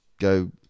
go